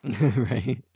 Right